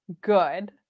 good